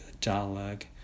dialogue